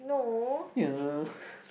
yeah